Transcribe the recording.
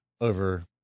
over